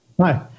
Hi